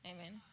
Amen